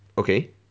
okay